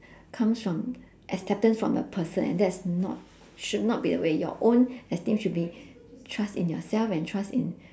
comes from acceptance from a person and that's not should not be the way your own esteem should be trust in yourself and trust in